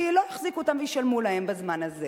כי לא יחזיקו אותם וישלמו להם בזמן הזה.